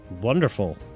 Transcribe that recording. Wonderful